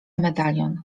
medalion